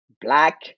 black